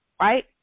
right